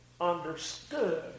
understood